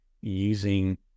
using